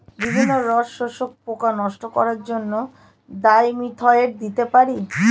বিভিন্ন রস শোষক পোকা নষ্ট করার জন্য কি ডাইমিথোয়েট দিতে পারি?